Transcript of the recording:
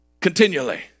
continually